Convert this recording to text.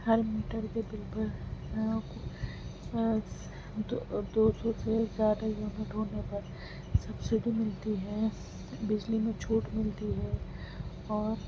ہر meter پہ bill پر گھروں کو دو دو سو سے زیادہ یونٹ ہونے پر سبسڈی ملتی ہے بجلی میں چھوٹ ملتی ہے اور